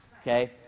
Okay